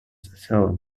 self